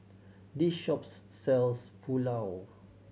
this shops sells Pulao